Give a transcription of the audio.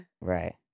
Right